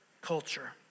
culture